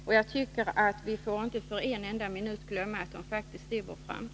Vi får inte för en enda minut glömma att de faktiskt är vår framtid.